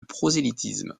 prosélytisme